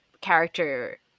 character